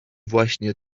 właśnie